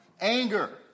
Anger